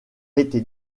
été